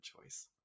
choice